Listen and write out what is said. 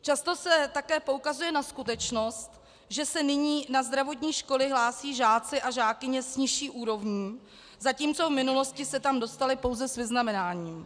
Často se také poukazuje na skutečnost, že se nyní na zdravotní školy hlásí žáci a žákyně s nižší úrovní, zatímco v minulosti se tam dostali pouze s vyznamenáním.